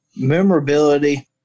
memorability